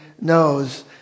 knows